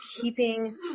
keeping